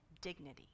dignity